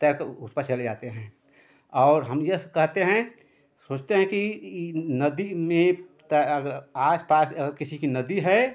तैर कर उस पार चले जाते हैं और हम यह कहते हैं सोचते हैं कि ई नदी में अगर आस पास अगर किसी के नदी है